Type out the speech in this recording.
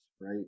right